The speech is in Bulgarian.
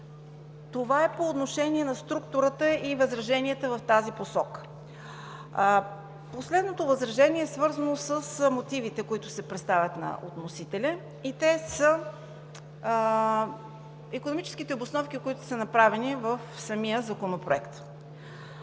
Това е по отношение на структурата и възраженията в тази посока. Последното възражение е свързано с мотивите, които се представят от вносителя, и те са икономическите обосновки, които са направени в самия Законопроект.